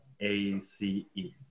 A-C-E